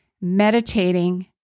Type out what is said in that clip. meditating